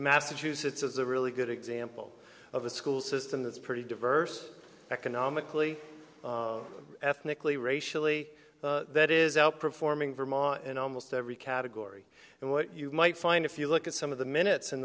massachusetts is a really good example of a school system that's pretty diverse economically ethnically racially that is outperforming vermont in almost every category and what you might find if you look at some of the minutes in